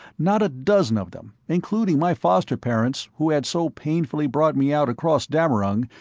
not a dozen of them, including my foster-parents who had so painfully brought me out across dammerung,